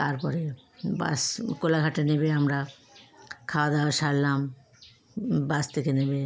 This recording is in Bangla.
তারপরে বাস কোলাঘাটে নেমে আমরা খাওয়া দাওয়া সারলাম বাস থেকে নেমে